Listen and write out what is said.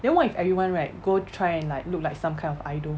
then what if everyone right go try and like look like some kind of idol